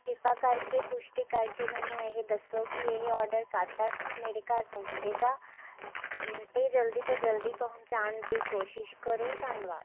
ਕਿਰਪਾ ਕਰਕੇ ਪੁਸ਼ਟੀ ਕਰਕੇ ਮੈਨੂੰ ਇਹ ਦੱਸੋ ਕਿ ਇਹ ਆਰਡਰ ਕਦ ਤੱਕ ਮੇਰੇ ਘਰ ਪਹੁੰਚੇਗਾ ਅਤੇ ਜਲਦੀ ਤੋਂ ਜਲਦੀ ਪਹੁੰਚਾਉਣ ਹੀ ਕੋਸ਼ਿਸ਼ ਕਰੋ ਧੰਨਵਾਦ